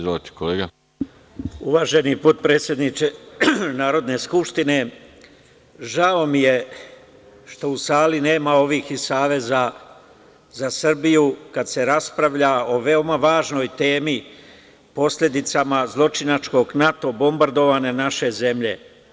Uvaženi potpredsedniče Narodne skupštine, žao mi je što u sali nema ovih iz Saveza za Srbiju kada se raspravlja o veoma važnoj temi – posledicama zločinačkog NATO bombardovanja naše zemlje.